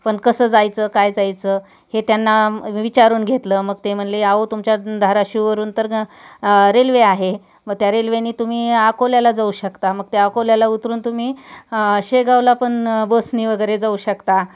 पण कसं जायचं काय जायचं हे त्यांना विचारून घेतलं मग ते म्हणले आवो तुमच्या धाराशिवरून तर रेल्वे आहे मग त्या रेल्वेने तुम्ही अकोल्याला जाऊ शकता मग त्या अकोल्याला उतरून तुम्ही शेगावला पण बसने वगैरे जाऊ शकता